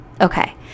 Okay